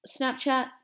Snapchat